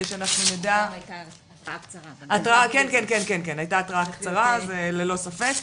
הייתה התראה קצרה, אז ללא ספק.